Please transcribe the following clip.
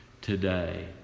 today